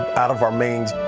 out of our means.